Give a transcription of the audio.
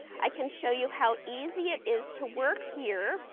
i can show, you how easy, it is to work here.